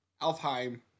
Alfheim